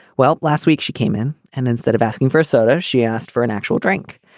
well, last week she came in and instead of asking for a soda, she asked for an actual drink.